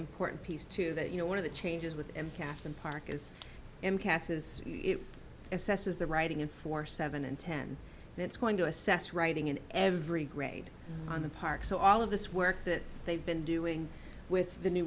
important piece to that you know one of the changes with them fast and park is cass's assesses the writing in four seven and ten it's going to assess writing in every grade on the park so all of this work that they've been doing with the new